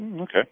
Okay